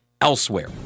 elsewhere